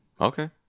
Okay